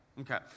okay